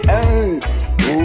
Hey